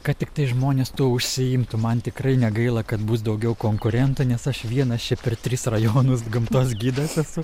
kad tiktai žmonės tuo užsiimtų man tikrai negaila kad bus daugiau konkurentų nes aš vienas čia per tris rajonus gamtos gidas esu